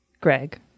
Greg